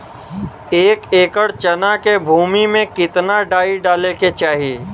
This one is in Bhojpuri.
एक एकड़ चना के भूमि में कितना डाई डाले के चाही?